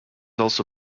also